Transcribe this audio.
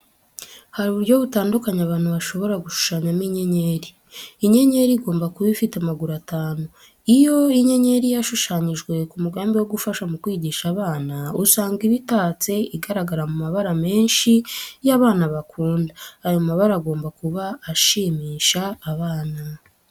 Hari uburyo butandukanye abantu bashobora gushushanyamo inyenyeri. Inyenyeri igomba kuba ifite amaguru atanu. Iyo inyenyeri yashushanyijwe ku mugambi wo gufasha mu kwigisha abana, usanga iba itatse, igaragara mu mabara menshi yo abana bakunda. Ayo mabara agomba kuba ashimisha abana.